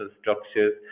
structures